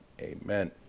Amen